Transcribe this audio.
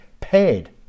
paid